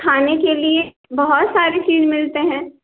खाने के लिए बहुत सारी चीज़ें मिलती हैं